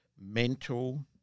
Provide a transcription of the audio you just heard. Mental